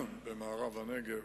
במערב הנגב,